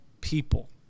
people